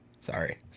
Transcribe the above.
sorry